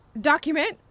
document